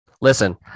listen